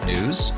news